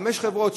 חמש חברות,